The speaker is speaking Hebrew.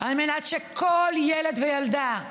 על מנת שכל ילד וילדה,